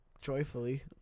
joyfully